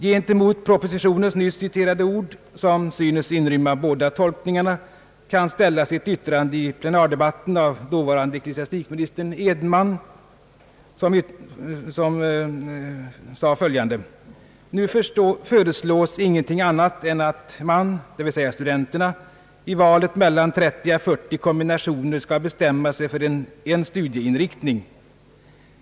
Gentemot propositionens nyss citerade ord, som synes inrymma båda tolkningarna, kan ställas ett yttrande i plenardebatten av dåvarande ecklesiastikministern Edenman: »Nu föreslås ingenting annat än att man» -— dvs. studenterna — »i valet mellan 30 å 40 kombinationer skall bestämma sig för en studieinriktning.